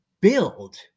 build